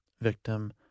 Victim